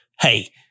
hey